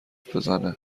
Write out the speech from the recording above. بزنه